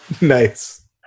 Nice